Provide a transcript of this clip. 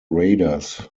raiders